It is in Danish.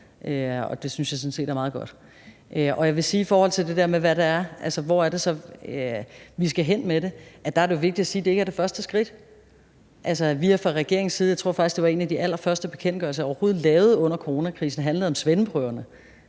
godt. Så jeg vil sige i forhold til det her med, hvor vi skal hen med det, at der er det vigtigt at sige, at det ikke er det første skridt. Jeg tror faktisk, at en af de allerførste bekendtgørelser, jeg overhovedet lavede under coronakrisen, handlede om svendeprøverne,